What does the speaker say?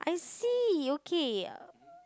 I see okay